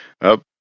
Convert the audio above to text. up